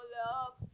love